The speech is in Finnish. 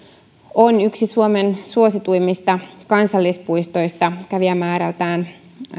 on yksi suomen suosituimmista kansallispuistoista kävijämäärältään